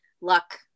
luck